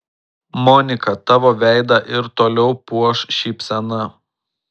monika tavo veidą ir toliau puoš šypsena